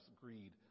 greed